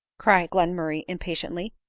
cried glenmurray impatiently,